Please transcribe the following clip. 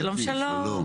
שלום, שלום.